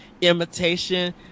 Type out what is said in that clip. imitation